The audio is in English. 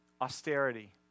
austerity